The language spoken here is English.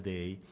Day